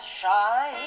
shy